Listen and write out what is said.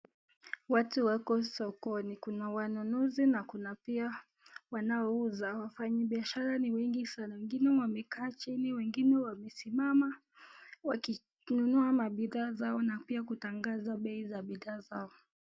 Watu wako sokoni. Kuna wanunuzi na kuna pia wanaouza. Wafanyi biashara ni wengi sana. Wengine wamekaa chini, wengine wamesimama wakinunua mabidhaa zao na pia kutangaza bei za bidhaa zao.